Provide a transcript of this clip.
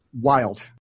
Wild